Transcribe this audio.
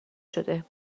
شده